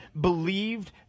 believed